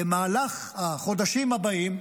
במהלך החודשים הבאים,